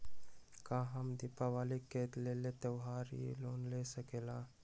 का हम दीपावली के लेल त्योहारी लोन ले सकई?